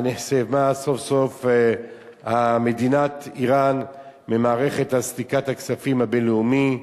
נחסמה סוף-סוף מדינת אירן ממערכת סליקת הכספים הבין-לאומית.